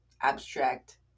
abstract